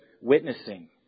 witnessing